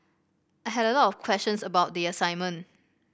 I had a lot of questions about the assignment